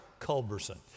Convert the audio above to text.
Culberson